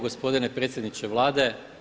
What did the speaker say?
Gospodine predsjedniče Vlade.